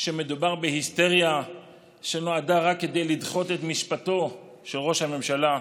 שמדובר בהיסטריה שנועדה רק כדי לדחות את משפטו של ראש הממשלה.